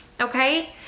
okay